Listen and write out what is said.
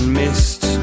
missed